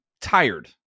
tired